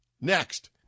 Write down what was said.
Next